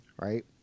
right